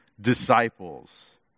disciples